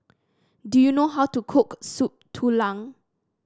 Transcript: do you know how to cook Soup Tulang